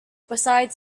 besides